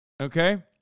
okay